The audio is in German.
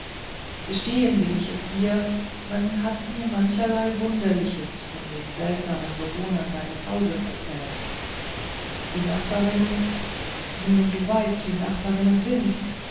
gestehen will ich es dir man hat mir allerlei wunderliches von den seltsamen bewohnern deines hauses erzählt die nachbarinnen nun du weißt wie nachbarinnen sind